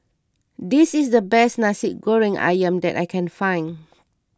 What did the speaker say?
this is the best Nasi Goreng Ayam that I can find